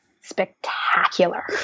spectacular